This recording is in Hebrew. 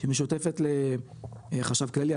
שמשותפת לחשב הכללי,